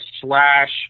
slash